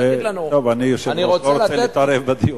אבל להגיד לנו, אני רוצה לתת,